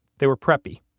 they were preppy.